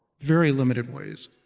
very limited ways.